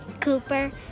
Cooper